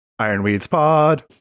Ironweedspod